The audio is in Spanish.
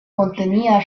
contenía